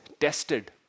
tested